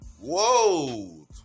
Whoa